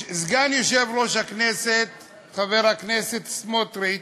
סגן יושב-ראש הכנסת, חבר הכנסת סמוטריץ,